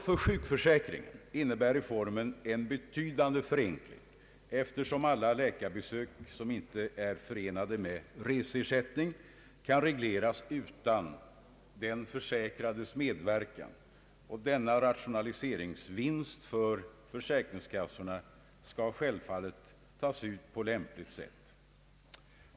För sjukförsäkringen innebär reformen en betydande förenkling, eftersom alla läkarbesök som inte är förenade med reseersättning kan regleras utan den försäkrades medverkan. Denna rationaliseringsvinst för försäkringskassorna skall självfallet tas ut på lämpligt sätt.